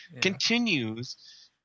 Continues